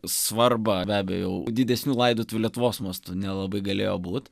svarbą be abejo didesnių laidotuvių lietuvos mastu nelabai galėjo būt